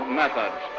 methods